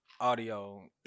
audio